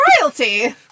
royalty